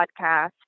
podcast